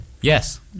Yes